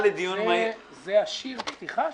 זה שיר הפתיחה?